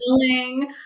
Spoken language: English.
feeling